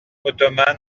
ottomane